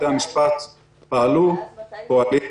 בתי המשפט פעלו ופועלים.